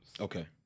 Okay